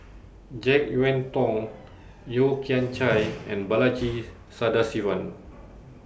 Jek Yeun Thong Yeo Kian Chai and Balaji Sadasivan